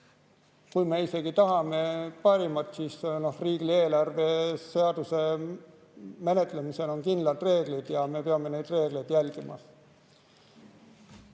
kui me isegi tahame parimat, siis riigieelarve seaduse menetlemisel on kindlad reeglid ja me peame neid reegleid järgima.